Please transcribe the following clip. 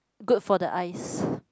good for the eyes